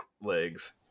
legs